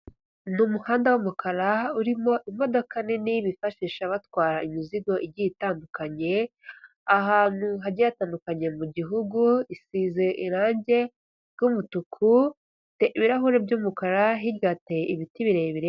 Ni umuhanda w'umukara urimo imodoka nini bifashisha batwara imizigo igiye itandukanye, ahantu hagiye hatandukanye mu gihugu isize irangi ry'umutuku ibirahuri by'umukara hirya hateye ibiti birebire.